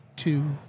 two